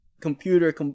computer